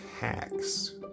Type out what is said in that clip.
hacks